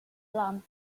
alarm